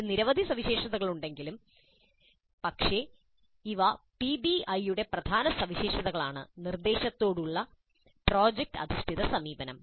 മറ്റ് നിരവധി സവിശേഷതകളുണ്ടെങ്കിലും പക്ഷേ ഇവ പിബിഐയുടെ പ്രധാന സവിശേഷതകളാണ് നിർദ്ദേശങ്ങളോടുള്ള പ്രോജക്റ്റ് അധിഷ്ഠിത സമീപനം